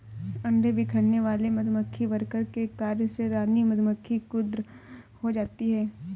अंडे बिखेरने वाले मधुमक्खी वर्कर के कार्य से रानी मधुमक्खी क्रुद्ध हो जाती है